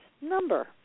number